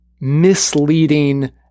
misleading